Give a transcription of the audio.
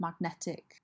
magnetic